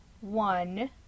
one